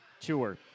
tour